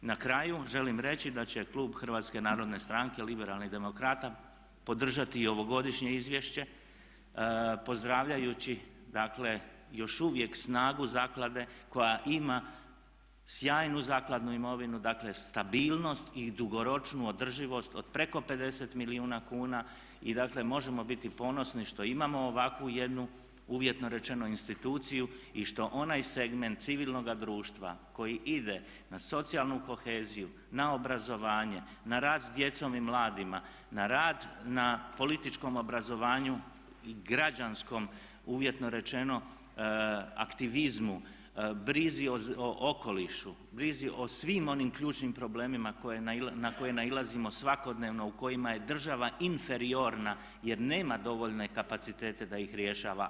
I na kraju želim reći da će Klub Hrvatske narodne stranke Liberalnih demokrata podržati i ovogodišnje izvješće, pozdravljajući dakle i još uvijek snagu zaklade koja ima sjajnu zakladnu imovinu, dakle stabilnost i dugoročnu održivost od preko 50 milijuna kuna i dakle možemo biti ponosni što imamo ovakvu jednu uvjetno rečeno instituciju i što onaj segment civilnoga društva koji ide na socijalnu koheziju, na obrazovanje, na rad s djecom i mladima, na rad na političkom obrazovanju i građanskom uvjetno rečeno aktivizmu, brizi o okolišu, brizi o svim onim ključnim problemima na koje nailazimo svakodnevno, u kojima je država inferiorna jer nema dovoljne kapacitete da ih rješava.